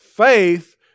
Faith